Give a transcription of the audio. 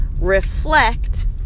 reflect